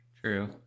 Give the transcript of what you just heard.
True